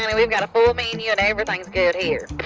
we've got a full menu and everything is good here.